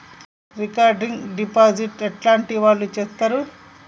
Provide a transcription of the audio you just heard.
Recurring deposit ఎట్లాంటి వాళ్లు చేత్తరు?